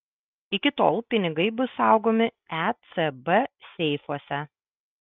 iki tol pinigai bus saugomi ecb seifuose